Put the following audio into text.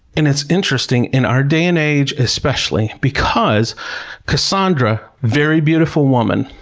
and it's interesting in our day and age especially, because cassandra, very beautiful woman,